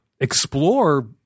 explore